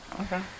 Okay